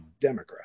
Democrat